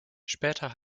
später